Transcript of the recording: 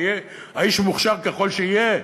ויהיה האיש מוכשר ככל שיהיה,